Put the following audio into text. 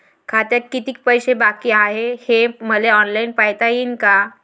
खात्यात कितीक पैसे बाकी हाय हे मले ऑनलाईन पायता येईन का?